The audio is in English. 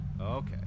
Okay